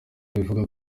rivuga